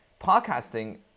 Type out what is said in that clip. podcasting